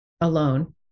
alone